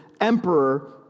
emperor